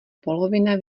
polovina